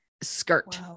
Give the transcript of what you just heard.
skirt